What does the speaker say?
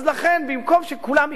אז לכן, במקום שכולם יקפצו,